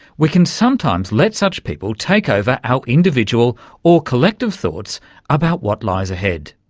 we can sometimes let such people take over our individual or collective thoughts about what lies ahead.